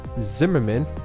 Zimmerman